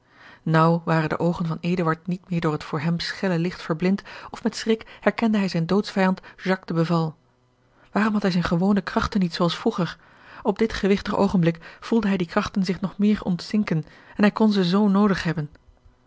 naauw waren de oogen van eduard niet meer door het voor hem schelle licht verblind of met schrik herkende hij zijn doodvijand jacques de beval waarom had hij zijne gewone krachten niet zoo als vroeger op dit gewigtig oogenblik voelde hij die krachten zich nog meer ontzinken en hij kon ze zoo noodig hebben